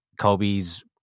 Kobe's